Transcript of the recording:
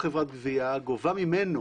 גבייה גובה ממנו